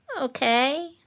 Okay